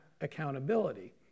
accountability